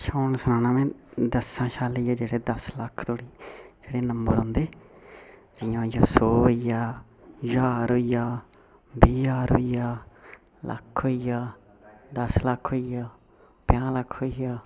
अच्छा हून सनाना में दसां शा लेइयै जेह्ड़े दस लक्ख धोड़ी जेह्ड़े नंबर औंदे जि'यां होइया सौ होइया ज्हार होइया बीह् ज्हार होइया लक्ख होइया दस लक्ख होइया पंजाह् लक्ख होइया